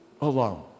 alone